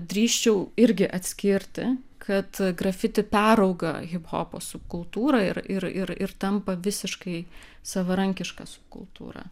drįsčiau irgi atskirti kad grafiti perauga hiphopo subkultūrą ir ir ir tampa visiškai savarankiška skulptūra